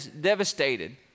devastated